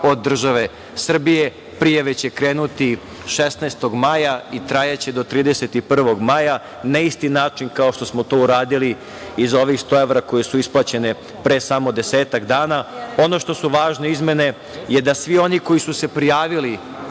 od države Srbije. Prijave će krenuti 16. maja i trajaće do 31. maja na isti način kao što smo to uradili i za ovih 100 evra koje su isplaćene pre samo desetak dana. Ono što su važne izmene je da svi oni koji su se prijavili